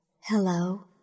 Hello